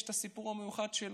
יש את הסיפור המיוחד שלו,